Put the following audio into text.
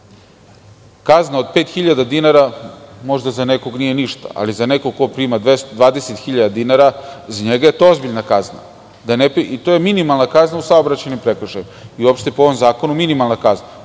plate. Kazna od 5.000 dinara možda za nekog nije ništa, ali za nekog ko prima 20.000 dinara, za njega je to ozbiljna kazna. To je minimalna kazna u saobraćajnom prekršaju i uopšte po ovom zakonu minimalna kazna.